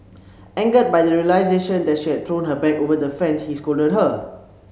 angered by the realisation that she had thrown her bag over the fence he scolded her